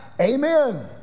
Amen